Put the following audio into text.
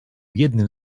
jednym